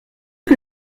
que